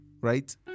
Right